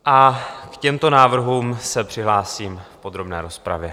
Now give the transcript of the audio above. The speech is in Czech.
A k těmto návrhům se přihlásím v podrobné rozpravě.